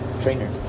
trainer